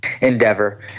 endeavor